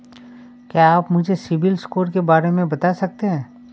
क्या आप मुझे सिबिल स्कोर के बारे में बता सकते हैं?